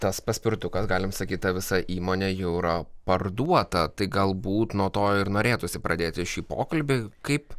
tas paspirtukas galim sakyt ta visa įmonė jau yra parduota tai galbūt nuo to ir norėtųsi pradėti šį pokalbį kaip